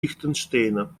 лихтенштейна